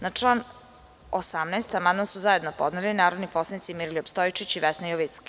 Na član 18. amandman su zajedno podneli narodni poslanici Miroljub Stojičić i Vesna Jovicki.